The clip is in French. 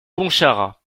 pontcharrat